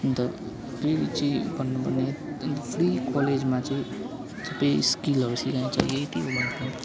अन्त के चाहिँ गर्नु पर्ने फ्री कलेजमा चाहिँ सबै स्किलहरू सिकाइन्छ यति हो भन्नु पर्ने